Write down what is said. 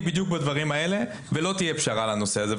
בדיוק בדברים האלה ולא תהיה פשרה על הנושא הזה.